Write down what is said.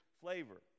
flavor